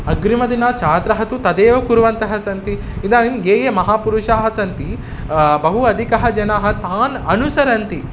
अग्रिमदिने छात्राः तु तदेव कुर्वन्तः सन्ति इदानीं ये ये महापुरुषाः सन्ति बहु अधिकाः जनाः तान् अनुसरन्ति